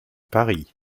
paris